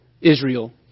Israel